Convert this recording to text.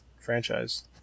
franchise